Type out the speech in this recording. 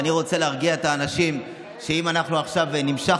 אני רוצה להרגיע את האנשים שאם עכשיו נמשך